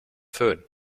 föhn